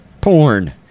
porn